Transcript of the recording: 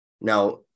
Now